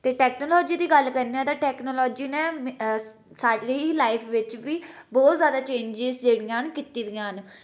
ते टेक्नोलाजी दी गल्ल करने आं तां टेक्नोलाजी ने स्हाड़ी लाइफ बिच्च बी बहुत ज्यादा चेंजेस जेह्ड़ियां न कीती दियां न